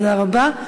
תודה רבה.